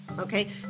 Okay